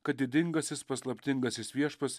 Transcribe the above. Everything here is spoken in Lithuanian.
kad didingasis paslaptingasis viešpats